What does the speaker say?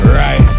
right